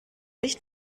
nicht